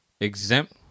Exempt